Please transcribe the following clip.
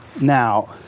Now